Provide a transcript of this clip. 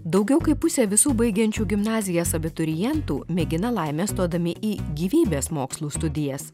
daugiau kaip pusė visų baigiančių gimnazijas abiturientų mėgina laimę stodami į gyvybės mokslų studijas